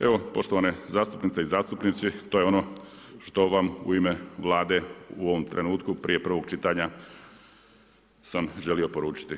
Evo, poštovane zastupnice i zastupnici, to je ono što vam u ime Vlade u ovom trenutku, prije prvog čitanja sam želio poručiti.